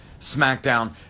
SmackDown